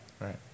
Right